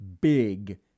big